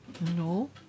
No